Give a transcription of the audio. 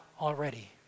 already